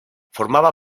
formaba